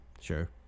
Sure